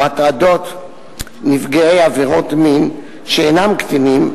או הטרדות נפגעי עבירות מין שאינם קטינים,